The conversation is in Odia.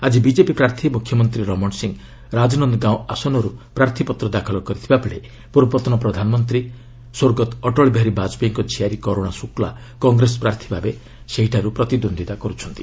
ଆଜି ବିଜେପି ପ୍ରାର୍ଥୀ ମୁଖ୍ୟମନ୍ତ୍ରୀ ରମଣ ସିଂହ ରାଜନନ୍ଦନ ଗାଓଁ ଆସନରୁ ପ୍ରାର୍ଥୀପତ୍ର ଦାଖଲ କରିଥିବା ବେଳେ ପୂର୍ବତନ ପ୍ରଧାନମନ୍ତ୍ରୀ ସ୍ୱର୍ଗତଃ ଅଟଳବିହାରୀ ବାଜପେୟୀଙ୍କ ଝିଆରୀ କରୁଣା ଶୁକ୍ଲା କଂଗ୍ରେସ ପ୍ରାର୍ଥୀ ଭାବେ ସେଇଠୁ ପ୍ରତିଦ୍ୱନ୍ଦୀତା କରୁଛନ୍ତି